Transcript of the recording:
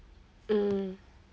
um